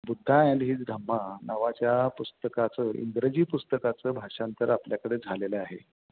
Buddha and his Dhamma नावाच्या पुस्तकाचं इंग्रजी पुस्तकाचं भाषांतर आपल्याकडे झालेलं आहे